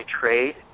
trade